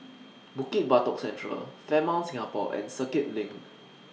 Bukit Batok Central Fairmont Singapore and Circuit LINK